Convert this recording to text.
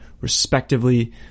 respectively